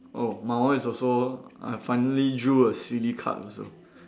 oh my one is also I finally drew a silly card also